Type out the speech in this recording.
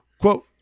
Quote